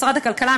משרד הכלכלה,